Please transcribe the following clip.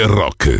rock